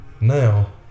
Now